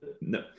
no